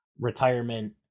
retirement